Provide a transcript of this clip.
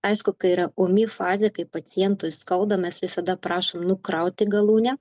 aišku kai yra ūmi fazė kai pacientui skauda mes visada prašom nukrauti galūnę